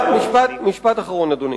משפט אחרון, אדוני.